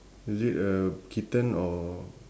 is it a kitten or